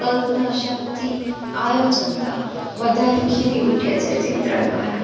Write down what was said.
કલ્પના શક્તિ આયોજનતા વધારે ખીલી ઉઠે છે ચિત્ર દ્વારા